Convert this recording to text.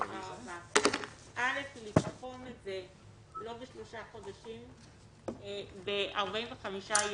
א', לתחום את זה לא ב-3 חודשים אלא ב-45 יום.